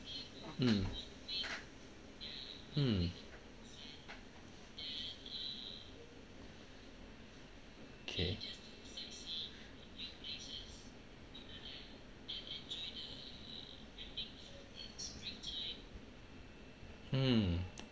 mm mm okay mm